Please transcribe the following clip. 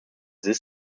this